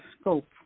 scope